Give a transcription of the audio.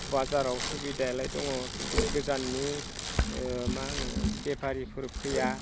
बाजाराव सुबिदायालाय दङ खिन्थु गोजाननि मा होनो बेफारिफोर फैया